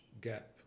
gap